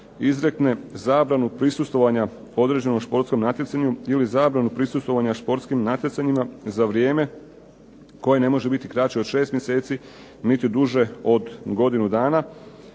izrekne zabranu prisustvovanja određenom športskom natjecanju ili zabranu prisustvovanja športskim natjecanjima za vrijeme koje ne može biti kraće od 6 mjeseci ili duže od godinu dana.